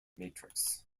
matrix